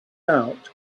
out